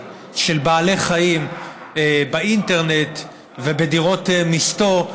של בעלי חיים באינטרנט ובדירות מסתור,